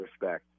respect